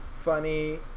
funny